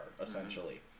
essentially